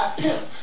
pimp